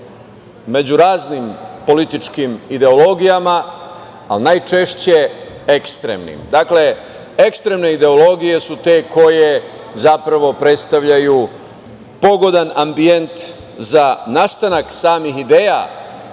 među raznim političkim ideologijama, ali najčešće ekstremnim. Ekstremne ideologije su te koje predstavljaju pogodan ambijent za nastanak samih ideja